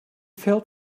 fell